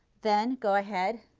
then go ahead,